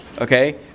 Okay